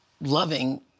loving